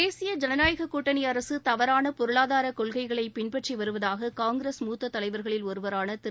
தேசிய ஜனநாயக கூட்டணி அரசு தவறான பொருளாதார கொள்கைகளை பின்பற்றி வருவதாக காங்கிரஸ் மூத்த தலைவர்களில் ஒருவரான திரு